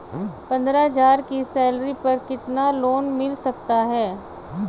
पंद्रह हज़ार की सैलरी पर कितना लोन मिल सकता है?